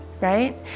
Right